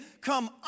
come